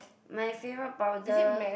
my favorite powder